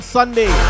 Sunday